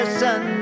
sun